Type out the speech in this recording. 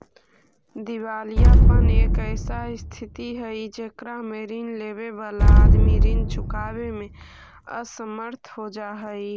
दिवालियापन एक ऐसा स्थित हई जेकरा में ऋण लेवे वाला आदमी ऋण चुकावे में असमर्थ हो जा हई